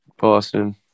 Boston